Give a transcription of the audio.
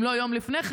אם לא יום לפני כן,